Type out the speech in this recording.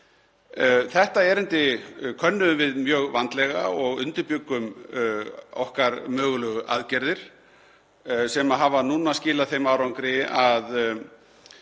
Þetta erindi könnuðum við mjög vandlega og undirbjuggum okkar mögulegu aðgerðir sem hafa núna skilað þeim árangri að